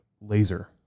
laser